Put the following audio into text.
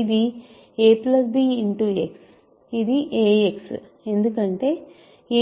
ఇది ab x ఇది ax ఎందుకంటే